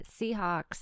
seahawks